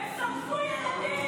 תם הזמן.